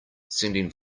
sending